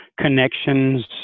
connections